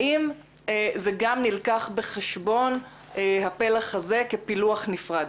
האם זה גם נלקח בחשבון, הפלח הזה כפילוח נפרד?